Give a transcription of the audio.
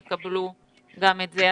יקבל גם את זה.